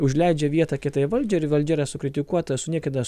užleidžia vietą kitai valdžiai ir valdžia yra sukritikuota suniekintas